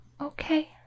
Okay